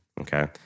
Okay